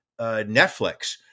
Netflix